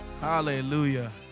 Hallelujah